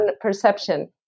perception